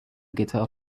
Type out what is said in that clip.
guitar